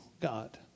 God